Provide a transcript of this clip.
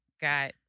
got